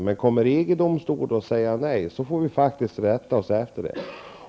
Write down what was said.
Men kommer EG domstolen att säga nej, får vi rätta oss efter det.